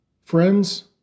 Friends